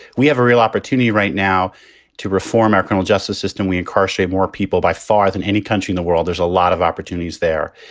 we have a real opportunity right now to reform our current justice system. we incarcerate more people by far than any country in the world. there's a lot of opportunities there.